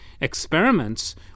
experiments